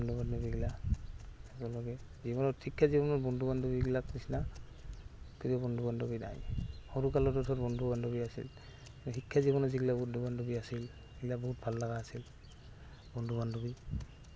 বন্ধু বান্ধৱীগিলা একেলগে জীৱনত শিক্ষা জীৱনত বন্ধু বান্ধৱীবিলাক নিচিনা কিন্তু বন্ধু বান্ধৱী নাই সৰুকালটোতো বন্ধু বান্ধৱী আছিল শিক্ষা জীৱনৰ যিগিলা বন্ধু বান্ধৱী আছিল সেইবিলাক বহুত ভাল লগা আছিল বন্ধু বান্ধৱী